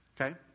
Okay